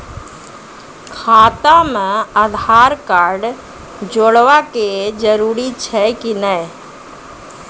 खाता म आधार कार्ड जोड़वा के जरूरी छै कि नैय?